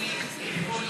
לעידוד השקעות